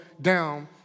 down